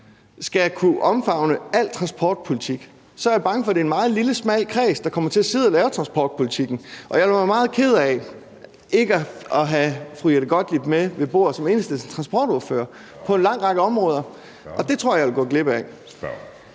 skal kunne omfavne al transportpolitik, er jeg bange for, at det vil være en meget lille, smal kreds, der kommer til at sidde og lave transportpolitikken. Jeg ville være meget ked af ikke at have fru Jette Gottlieb med ved bordet som Enhedslistens transportordfører på en lang række områder. Det tror jeg at jeg ville savne.